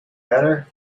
better